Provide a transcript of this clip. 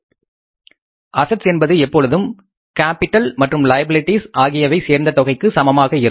அது அசட்ஸ் என்பது எப்பொழுதும் கேப்பிட்டல் மற்றும் லைபிலிட்டிஸ் ஆகியவை சேர்ந்த தொகைக்கு சமமாக இருக்கும்